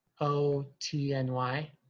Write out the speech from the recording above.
O-T-N-Y